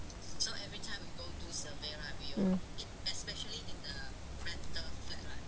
mm